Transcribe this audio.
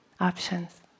options